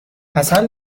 عسل